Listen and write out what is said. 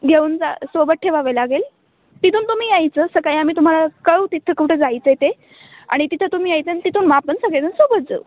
घेऊन जा सोबत ठेवावे लागेल तिथून तुम्ही यायचं सकाळी आम्ही तुम्हाला कळवू तिथं कुठं जायचं आहे ते आणि तिथं तुम्ही यायचं आणि तिथून मग आपण सगळेजण सोबत जाऊ